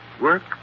work